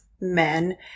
men